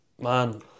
Man